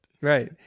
Right